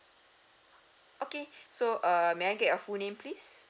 okay so err may I get your full name please